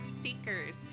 seekers